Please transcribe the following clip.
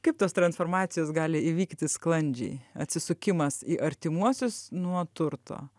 kaip tos transformacijos gali įvykti sklandžiai atsisukimas į artimuosius nuo turto